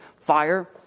fire